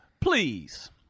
Please